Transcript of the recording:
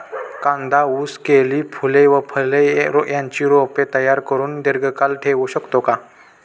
कांदा, ऊस, केळी, फूले व फळे यांची रोपे तयार करुन दिर्घकाळ ठेवू शकतो का?